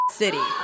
city